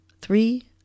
three